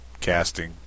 casting